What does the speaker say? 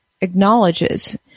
acknowledges